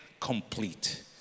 complete